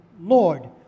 Lord